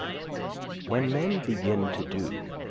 when men begin to do,